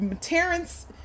Terrence